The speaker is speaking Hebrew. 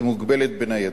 היא מוגבלת בניידות.